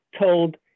told